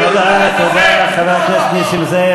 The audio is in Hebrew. תודה, ותודה לחבר הכנסת נסים זאב.